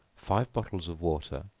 five bottles of water,